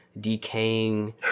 decaying